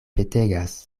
petegas